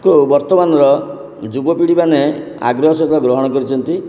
କୁ ବର୍ତ୍ତମାନର ଯୁବପିଢ଼ିମାନେ ଆଗ୍ରହ ସହିତ ଗ୍ରହଣ କରିଛନ୍ତି